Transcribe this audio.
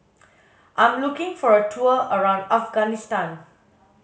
I'm looking for a tour around Afghanistan